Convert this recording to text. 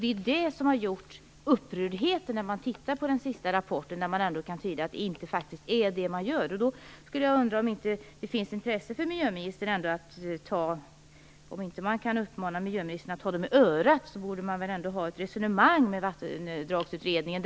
Det som har gjort mig upprörd är att den sista rapporten tyder på att man faktiskt inte har den utgångspunkten. Man kanske inte kan uppmana miljöministern att ta utredningen i örat. Men jag undrar om inte miljöministern har ett intresse av att ha ett resonemang med Vattendragsutredningen.